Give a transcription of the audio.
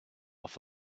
off